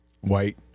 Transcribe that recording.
white